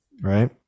right